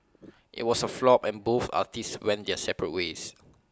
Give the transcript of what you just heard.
IT was A flop and both artists went their separate ways